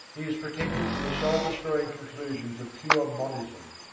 he is protected from the soul-destroying conclusions of pure monism,